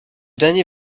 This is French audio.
dernier